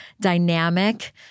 dynamic